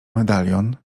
medalion